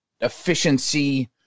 Efficiency